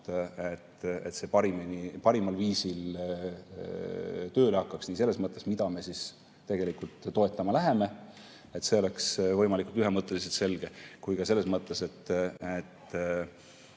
et see parimal viisil tööle hakkaks nii selles mõttes, mida me siis tegelikult toetama läheme – et see oleks võimalikult ühemõtteliselt selge –, kui ka selles mõttes,